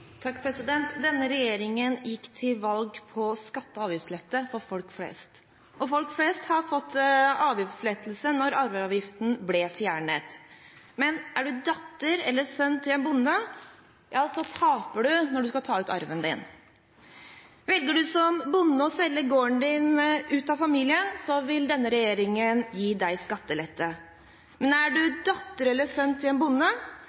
Denne regjeringen gikk til valg på skatte- og avgiftslette for folk flest, og folk flest fikk avgiftslettelser da arveavgiften ble fjernet. Men er man datter eller sønn av en bonde, ja, så taper man når man skal ta ut arven sin. Velger man som bonde å selge gården sin ut av familien, vil denne regjeringen gi ham skattelette. Men er man datter eller sønn av en bonde,